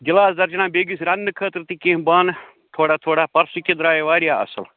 گِلاسہٕ درجَناہ بیٚیہِ گژھِ رَنٕنہٕ خٲطرٕ تہِ کیٚنٛہہ بانہٕ تھوڑا تھوڑا پَتہٕ جہِ کہِ درٛایہِ واریاہ اَصٕل